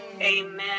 Amen